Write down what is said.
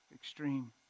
extreme